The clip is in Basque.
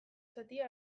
zatia